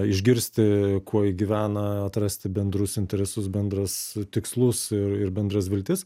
išgirsti kuo ji gyvena atrasti bendrus interesus bendras tikslus ir ir bendras viltis